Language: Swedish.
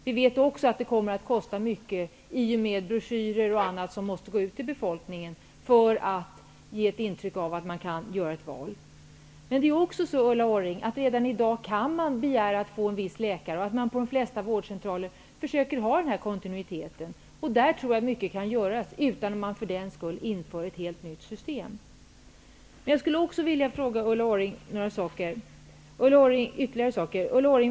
Vi vet också att det kommer att kosta mycket, eftersom broschyrer och annat material måste gå ut till befolkningen för att ge intryck av att man kan göra ett val. Redan i dag kan man dock, Ulla Orring, begära att få en viss läkare. På de flesta vårdcentraler försöker man ha denna kontinuitet. Jag tror att mycket kan göras på det området, utan att man för den skull inför ett helt nytt system. Jag vill ställa ytterligare ett par frågor till Ulla Orring.